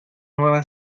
nueva